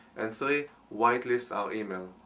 and three whitelist our email.